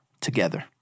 together